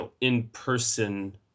in-person